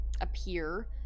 appear